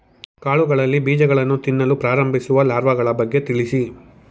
ಕಾಳುಗಳಲ್ಲಿ ಬೀಜಗಳನ್ನು ತಿನ್ನಲು ಪ್ರಾರಂಭಿಸುವ ಲಾರ್ವಗಳ ಬಗ್ಗೆ ತಿಳಿಸಿ?